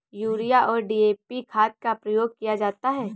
urea और DAP खाद का प्रयोग किया जाता है